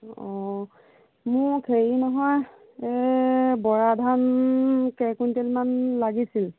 অঁ মোক হেৰি নহয় এই বৰা ধান কেইকুইণ্টেলমান লাগিছিল